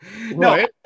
No